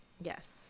Yes